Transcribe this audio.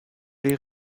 les